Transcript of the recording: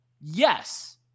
Yes